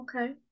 Okay